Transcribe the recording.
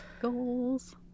goals